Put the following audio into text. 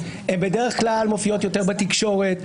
הן בדרך כלל מופיעות יותר בתקשורת,